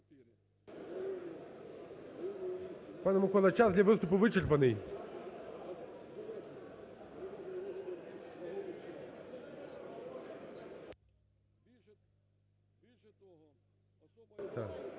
Пане Миколо, час для виступу вичерпаний.